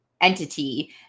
entity